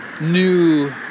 new